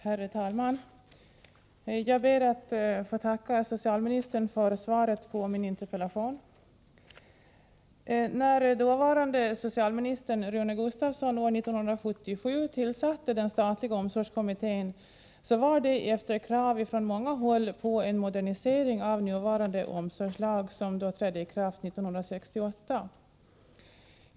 Herr talman! Jag ber att få tacka socialministern för svaret på min interpellation. När dåvarande socialministern Rune Gustavsson år 1977 tillsatte den statliga omsorgskommittén var det efter krav från många håll på en modernisering av nuvarande omsorgslag, som trädde i kraft 1968.